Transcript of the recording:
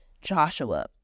joshua